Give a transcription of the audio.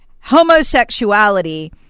homosexuality